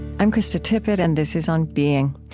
i'm krista tippett and this is on being.